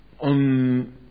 on